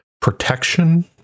protection